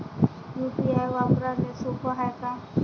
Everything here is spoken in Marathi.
यू.पी.आय वापराले सोप हाय का?